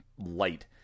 light